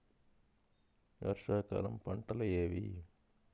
వర్షాకాలం పంటలు ఏవి?